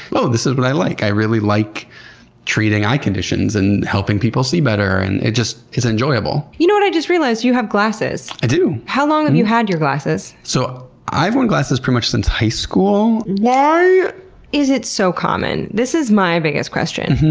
oh, this is what i like. i really like treating eye conditions and helping people see better. and it just is enjoyable. you know what? i just realized you have glasses. i do. how long have and you had your glasses? so i've worn glasses pretty much since high school. whyyy is it so common? this is my biggest question.